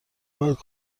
باید